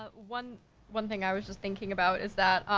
ah one one thing i was just thinking about is that,